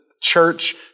church